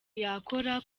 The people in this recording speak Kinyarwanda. yakora